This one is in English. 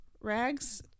Rags